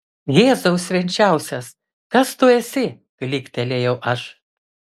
jėzau švenčiausias kas tu esi klyktelėjau aš